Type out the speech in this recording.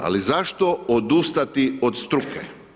Ali zašto odustati od struke?